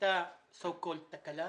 הייתה מה שנקרא תקלה